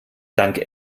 dank